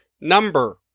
number